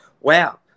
wow